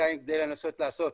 וחצי-חודשיים כדי לנסות לעשות